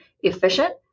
efficient